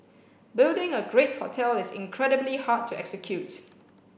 building a great hotel is incredibly hard to execute